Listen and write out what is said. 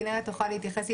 כנרת תוכל להתייחס,